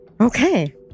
Okay